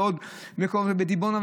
בדימונה,